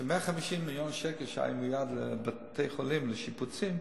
ש-150 מיליון שקל שהיו מיועדים לבתי-חולים לשיפוצים,